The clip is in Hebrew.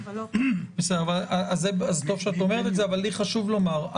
טוב שאת אומרת את זה, אבל לי חשוב לומר.